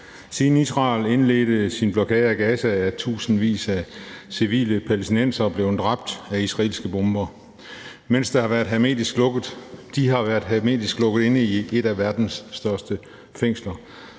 Siden Israel indledte sin blokade af Gaza, er tusindvis af civile palæstinenserne blevet dræbt af israelske bomber, mens de har været hermetisk lukket inde i et af verdens største fængsler.